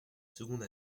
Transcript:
seconde